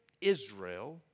Israel